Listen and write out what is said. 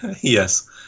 Yes